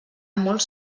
molt